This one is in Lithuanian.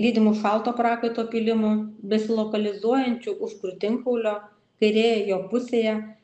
lydimu šalto prakaito pylimu besilokalizuojančiu už krūtinkaulio kairėje jo pusėje